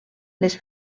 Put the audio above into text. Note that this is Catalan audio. les